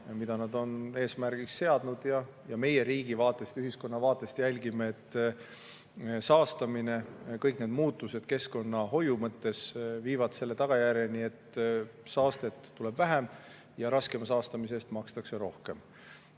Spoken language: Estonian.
mida nad on eesmärgiks seadnud. Meie riigi vaatest, ühiskonna vaatest jälgime, et kõik need muutused keskkonnahoiu mõttes viiks selleni, et saastet tuleks vähem ja raskema saastamise eest makstaks rohkem.